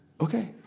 Okay